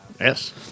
Yes